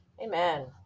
Amen